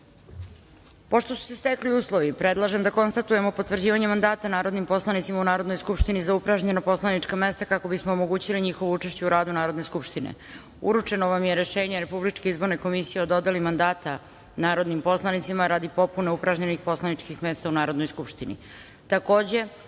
su se stekli uslovi, predlažem da konstatujemo potvrđivanje mandata narodnim poslanicima u Narodnoj skupštini za upražnjena poslanička mesta kako bismo omogućili njihovo učešće u radu Narodne skupštine. Uručeno vam je Rešenje Republičke izborne komisije o dodeli mandata narodnim poslanicima radi popune upražnjenih poslaničkih mesta u Narodnoj skupštini. Takođe,